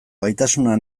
gaitasuna